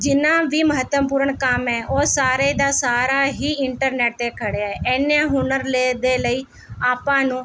ਜਿੰਨਾ ਵੀ ਮਹੱਤਵਪੂਰਨ ਕੰਮ ਹੈ ਉਹ ਸਾਰੇ ਦਾ ਸਾਰਾ ਹੀ ਇੰਟਰਨੈਟ 'ਤੇ ਖੜ੍ਹਿਆ ਇਹਨੇ ਹੁਨਰ ਲੇ ਦੇ ਲਈ ਆਪਾਂ ਨੂੰ